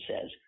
says